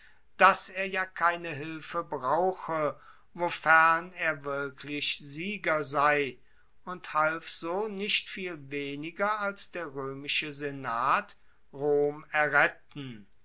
dass er ja keine hilfe brauche wofern er wirklich sieger sei und half so nicht viel weniger als der roemische senat rom erretten